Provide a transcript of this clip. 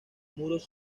muros